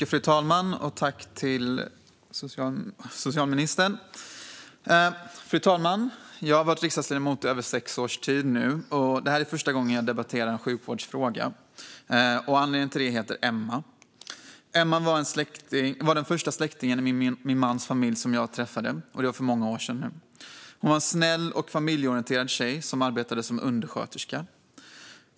Fru talman! Tack, socialministern, för svaret! Fru talman! Jag har varit riksdagsledamot i över sex års tid, och det här är första gången som jag debatterar en sjukvårdsfråga. Anledningen till det heter Emma. Emma var den första släktingen i min mans familj som jag träffade, och det var för många år sedan nu. Hon var en snäll och familjeorienterad tjej som arbetade som undersköterska.